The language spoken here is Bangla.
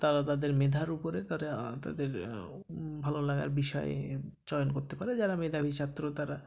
তারা তাদের মেধার উপরে তারা তাদের ভালোলাগার বিষয় চয়ন করতে পারে যারা মেধাবী ছাত্র তারা